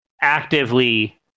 actively